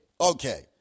Okay